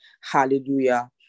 hallelujah